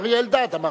אריה אלדד, אמרתי.